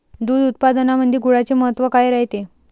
दूध उत्पादनामंदी गुळाचे महत्व काय रायते?